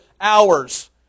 hours